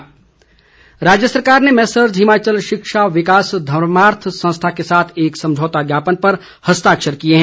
सुरेश भारद्वाज राज्य सरकार ने मैसर्ज हिमाचल शिक्षा विकास धमार्थ संस्था के साथ एक समझौता ज्ञापन पर हस्ताक्षर किए हैं